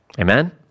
Amen